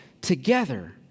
together